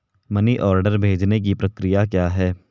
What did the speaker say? Money order भेजने की प्रक्रिया क्या है?